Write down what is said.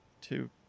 Two